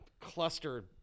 cluster